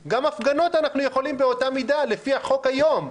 כך גם את ההפגנות אנחנו יכולים להגביל לפי החוק היום.